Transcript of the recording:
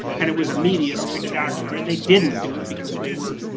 and it was a media spectacular, and they didnt do it because they were